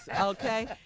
okay